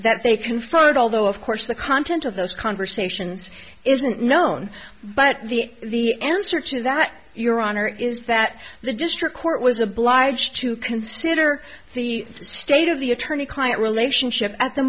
that they confirmed it although of course the content of those conversations isn't known but the the answer to that your honor is that the district court was obliged to consider the state of the attorney client relationship at the